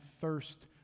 thirst